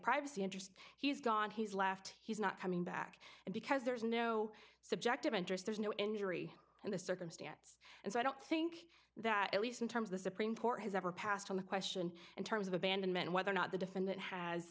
privacy interest he's gone he's left he's not coming back and because there's no subjective interest there's no injury and the circumstance and so i don't think that at least in terms the supreme court has ever passed on the question in terms of abandonment whether or not the defendant has